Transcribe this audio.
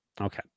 Okay